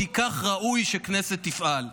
כי כך ראוי שכנסת תפעל.